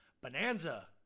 Bonanza